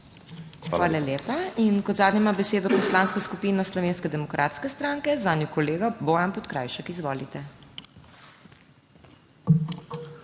Hvala lepa. Kot zadnja ima besedo Poslanska skupina Slovenske demokratske stranke, zanjo kolega Bojan Podkrajšek. Izvolite.